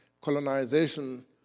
colonization